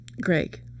Greg